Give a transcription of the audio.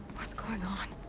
what's going on?